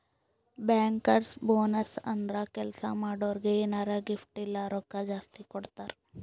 bankers bonus ಅಂದುರ್ ಕೆಲ್ಸಾ ಮಾಡೋರಿಗ್ ಎನಾರೇ ಗಿಫ್ಟ್ ಇಲ್ಲ ರೊಕ್ಕಾ ಜಾಸ್ತಿ ಕೊಡ್ತಾರ್